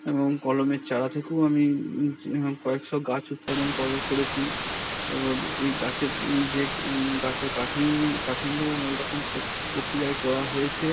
এবং কলমের চারা থেকেও আমি কয়েকশো গাছ উৎপাদন করার করেছি এবং এই গাছের যে গাছের কাটিং কাটিংও অনেক রকম প্রক্রিয়ায় করা হয়েছে